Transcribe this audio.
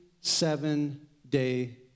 seven-day